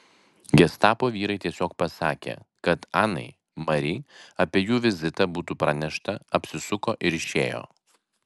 gestapo vyrai tiesiog pasakė kad anai mari apie jų vizitą būtų pranešta apsisuko ir išėjo